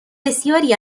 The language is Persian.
بسیاری